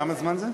כמה זמן זה?